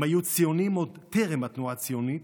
הם היו ציונים עוד טרם התנועה הציונית,